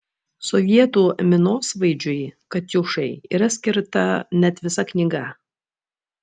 sovietų minosvaidžiui katiušai yra skirta net visa knyga